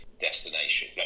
destination